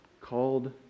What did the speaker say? called